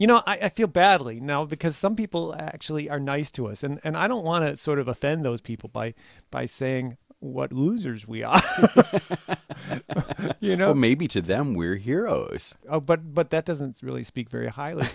you know i feel badly now because some people actually are nice to us and i don't want to sort of offend those people by by saying what losers we are you know maybe to them we're here oh oh but but that doesn't really speak very highly